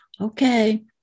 Okay